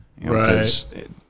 Right